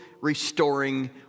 restoring